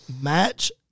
Match